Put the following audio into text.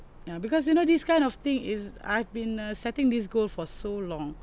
ya because you know this kind of thing is I've been uh setting this goal for so long